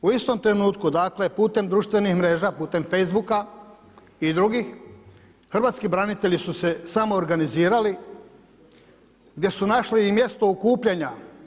U istom trenutku, dakle putem društvenih mreža, putem Facebooka i drugih hrvatski branitelji su se samoorganizirali, gdje su našli i mjesto okupljanja.